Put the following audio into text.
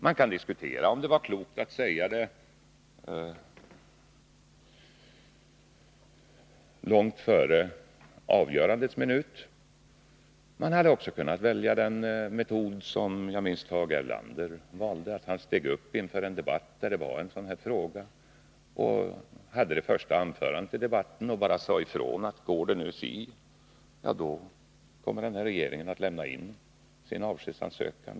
Man kan diskutera om det var klokt att säga detta långt före avgörandets minut. Man hade också kunnat välja den metod som jag minns att Tage Erlander valde när han steg upp inför en debatt, där en sådan här fråga skulle behandlas, och höll det första anförandet i den. Han sade bara ifrån: Går det nu si och så, ja, då kommer den här regeringen att lämna in sin avskedsansökan.